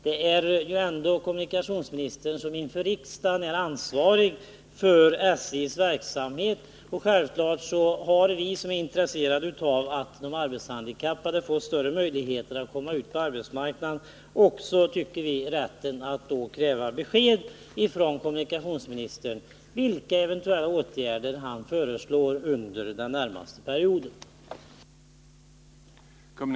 Det är ju ändå kommunikationsministern som inför riksdagen är ansvarig för SJ:s verksamhet, och självklart har vi, som är intresserade av att de arbetshandikappade får större möjligheter att komma ut på arbetsmarknaden, också rätt att kräva besked från kommunikationsministern om vilka eventuella åtgärder han föreslår under den närmaste perioden.